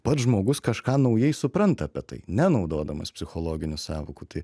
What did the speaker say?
pats žmogus kažką naujai supranta apie tai nenaudodamas psichologinių sąvokų tai